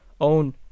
own